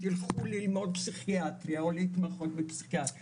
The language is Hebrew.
תלכו ללמוד פסיכיאטריה או להתמחות בפסיכיאטריה'.